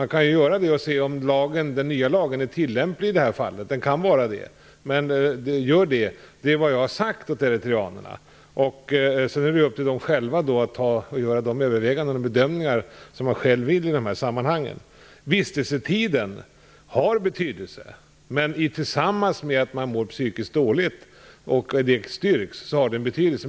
Man kan göra en sådan ansökan för att se om den nya lagen är tillämplig i fallet i fråga. Så kan vara förhållandet. Det är vad jag har sagt åt eritreanerna. Sedan är det upp till dem själva att göra de överväganden och bedömningar som de själva vill i de här sammanhangen. Vistelsetiden har betydelse. Sammantaget med att det är styrkt att man mår psykiskt dåligt har den betydelse.